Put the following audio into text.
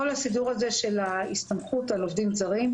כל הסידור הזה של הסתמכות על עובדים זרים,